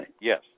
Yes